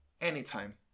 anytime